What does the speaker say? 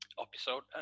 episode